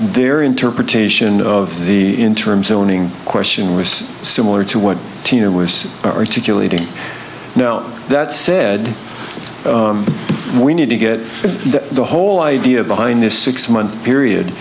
their interpretation of the interim zoning question was similar to what tina was articulating know that said we need to get the whole idea behind this six month period